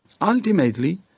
Ultimately